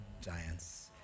giants